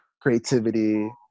creativity